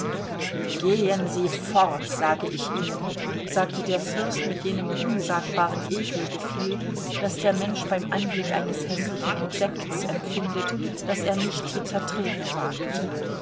gehen sie fort sage ich ihnen sagte der fürst mit jenem unsagbaren ekelgefühl das der mensch beim anblick eines häßlichen insekts empfindet das er nicht zu zertreten wagt